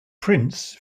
prince